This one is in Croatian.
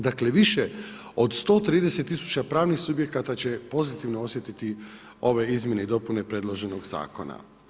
Dakle, više od 130 tisuća pravnih subjekata će pozitivno osjetiti ove izmjene i dopune predloženog zakona.